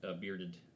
bearded